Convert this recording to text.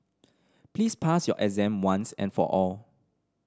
please pass your exam once and for all